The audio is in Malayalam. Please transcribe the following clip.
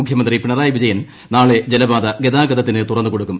മുഖ്യമന്ത്രി പിണറായി വിജയൻ നാളെ ജലപാത ഗതാഗതത്തിനു തുറന്നു കൊടുക്കും